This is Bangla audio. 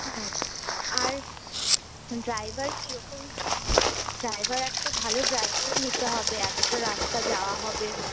হুম আর ড্রাইভার কিরকম ড্রাইভার একটা ভালো ড্রাইভার নিতে হবে এতটা রাস্তা যাওয়া হবে